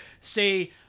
say